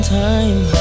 time